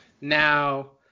Now